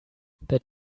that